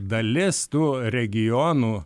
dalis tų regionų